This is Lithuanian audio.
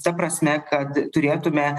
ta prasme kad turėtumėme